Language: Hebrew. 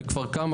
בכפר כנא